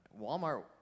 Walmart